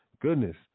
Goodness